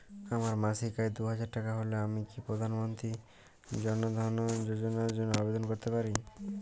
আমার মাসিক আয় দুহাজার টাকা হলে আমি কি প্রধান মন্ত্রী জন ধন যোজনার জন্য আবেদন করতে পারি?